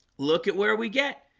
look at where we get.